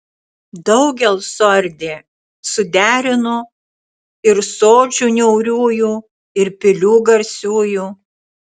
daugel suardė suderino ir sodžių niauriųjų ir pilių garsiųjų